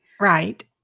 Right